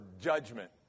judgment